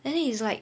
then it's like